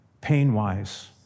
pain-wise